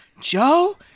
Joe